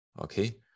okay